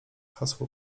hasło